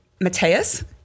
Mateus